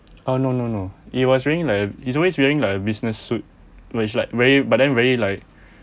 oh no no no he was wearing like a he's always wearing like a business suit which is like very but then really like